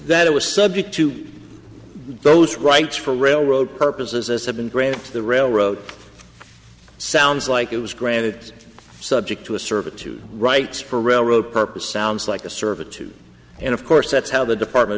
that it was subject to those rights for railroad purposes as have been granted to the railroad sounds like it was granted subject to a servitude rights for railroad purpose sounds like a servitude and of course that's how the department